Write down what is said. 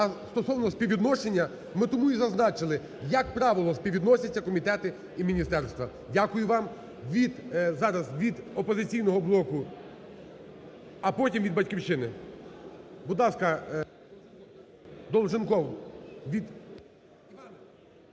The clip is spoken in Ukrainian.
А стосовно співвідношення, ми тому й зазначили, як правило, співвідносяться комітети і міністерства. Дякую вам. Від… зараз. Від "Опозиційного блоку", а потім – від "Батьківщини". Будь ласка, Долженков.